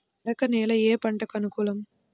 మెరక నేల ఏ పంటకు అనుకూలం?